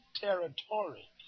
territory